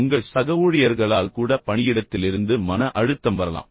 உங்கள் சக ஊழியர்களால் கூட பணியிடத்திலிருந்து மன அழுத்தம் வரலாம்